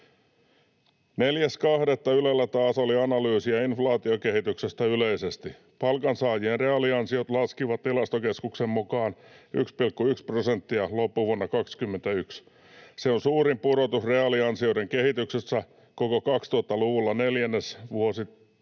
4.2. Ylellä taas oli analyysia inflaatiokehityksestä yleisesti. Palkansaajien reaaliansiot laskivat Tilastokeskuksen mukaan 1,1 prosenttia loppuvuonna 21. Se on suurin pudotus reaaliansioiden kehityksessä koko 2000-luvulla neljännesvuosittain